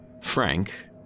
Frank